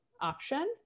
option